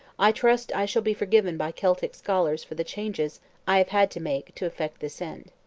i trust i shall be forgiven by celtic scholars for the changes i have had to make to effect this end.